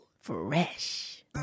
Fresh